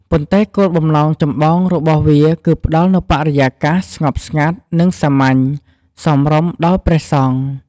ប៉ុន្តែគោលបំណងចម្បងរបស់វាគឺផ្ដល់នូវបរិយាកាស ស្ងប់ស្ងាត់ និង សាមញ្ញ សមរម្យដល់ព្រះសង្ឃ។